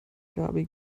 gaby